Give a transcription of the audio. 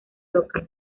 local